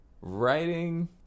Writing